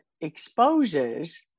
exposes